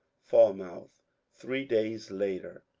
falmouth, three days later.